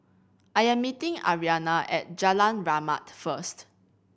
I am meeting Arianna at Jalan Rahmat first